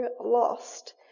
lost